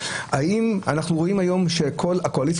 הוא האם אנחנו רואים היום שכל הקואליציה